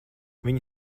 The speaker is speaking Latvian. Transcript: viņi